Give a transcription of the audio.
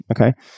okay